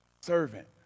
servant